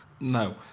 No